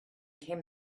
came